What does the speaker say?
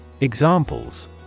Examples